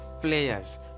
players